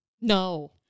No